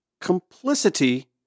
complicity